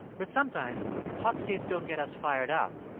but sometimes hot states don't get us fired up.